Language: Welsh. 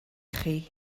chi